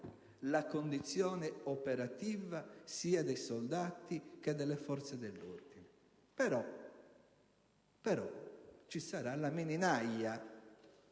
la condizione operativa sia dei soldati che delle forze dell'ordine. Ci sarà però la mini-naja,